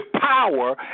power